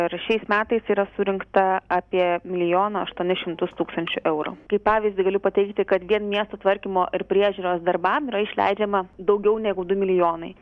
ir šiais metais yra surinkta apie milijoną aštuoni šimtus tūkstančių eurų kaip pavyzdį galiu pateikti kad vien miesto tvarkymo ir priežiūros darbam yra išleidžiama daugiau negu du milijonai